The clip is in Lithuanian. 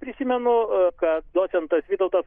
prisimenu kad docentas vytautas